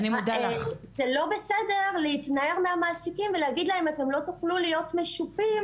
זה לא בסדר להתנער מהמעסיקים ולהגיד להם אתם לא תוכלו להיות משופים